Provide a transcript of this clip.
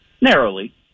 narrowly